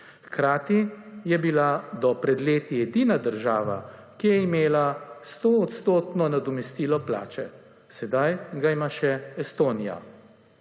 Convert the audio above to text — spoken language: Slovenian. hkrati je bila do pred leti edina država, ki je imela sto odstotno nadomestilo plače. Sedaj ga ima še Estonija.